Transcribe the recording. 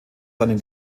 seinem